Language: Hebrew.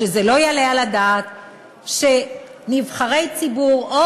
שזה לא יעלה על הדעת שנבחרי ציבור או